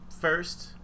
first